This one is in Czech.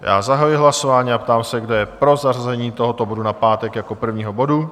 Zahajuji hlasování a ptám se, kdo je pro zařazení tohoto bodu na pátek jako prvního bodu?